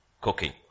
cooking